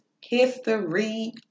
History